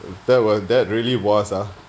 that was that really was ah